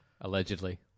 Allegedly